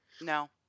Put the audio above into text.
No